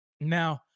now